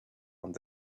found